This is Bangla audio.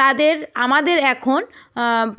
তাদের আমাদের এখন